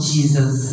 Jesus